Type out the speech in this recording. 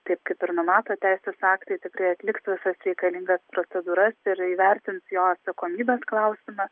taip kaip ir numato teisės aktai tikrai atliks visas reikalingas procedūras ir įvertins jo atsakomybės klausimą